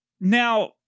Now